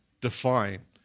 define